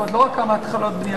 זאת אומרת לא רק התחלות בנייה,